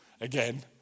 Again